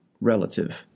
relative